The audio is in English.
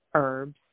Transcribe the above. herbs